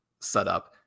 setup